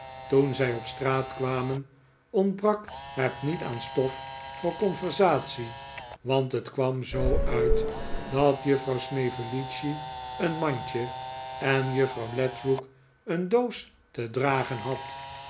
toen zij op straat kwamen ontbrak het niet aan stof voor conversatie want het kwam zoo uit dat juffrouw snevellicci een mandje en juffrouw ledrook een doos te dragen had